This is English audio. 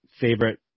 favorite